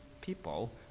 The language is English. people